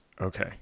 Okay